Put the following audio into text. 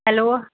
hello